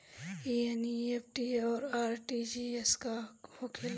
ई एन.ई.एफ.टी और आर.टी.जी.एस का होखे ला?